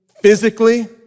physically